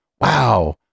Wow